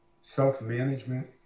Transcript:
self-management